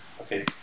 Okay